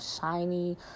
shiny